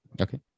okay